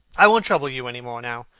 i shan't trouble you any more now.